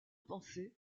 pensées